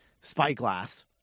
spyglass